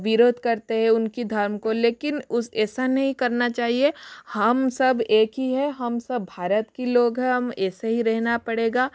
विरोध करते हैं उनकी धर्म को लेकिन उस ऐसा नहीं करना चाहिए हम सब एक ही है हम सब भारत की लोग है हम ऐसे ही रहना पड़ेगा